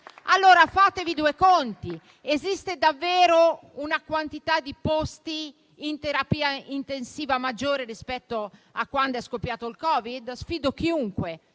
Allora fatevi due conti: esiste davvero una quantità di posti in terapia intensiva maggiore rispetto a quando è scoppiato il Covid? Sfido chiunque